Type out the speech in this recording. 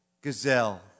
gazelle